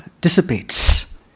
dissipates